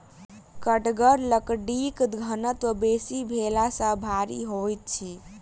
कड़गर लकड़ीक घनत्व बेसी भेला सॅ भारी होइत अछि